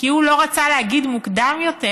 כי הוא לא רצה להגיד מוקדם יותר,